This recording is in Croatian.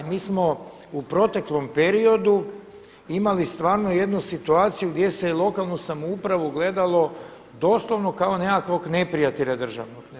Mi smo u proteklom periodu imali stvarno jednu situaciju gdje se je lokalnu samoupravu gledalo doslovno kao nekakvog neprijatelja državnog.